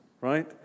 right